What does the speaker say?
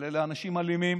אבל אלה אנשים אלימים,